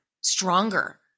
stronger